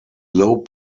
low